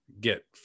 get